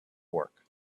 work